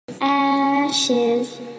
Ashes